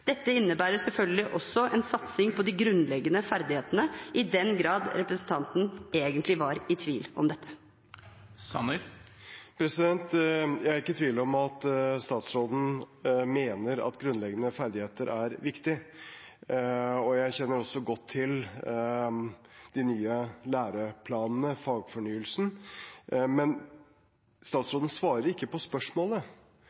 Dette innebærer selvfølgelig også en satsing på de grunnleggende ferdighetene, i den grad representanten egentlig var i tvil om dette. Jeg er ikke i tvil om at statsråden mener at grunnleggende ferdigheter er viktig, og jeg kjenner også godt til de nye læreplanene og fagfornyelsen. Men